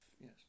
Yes